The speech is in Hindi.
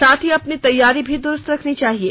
साथ ही अपनी तैयारी भी दुरुस्त रखनी चाहिये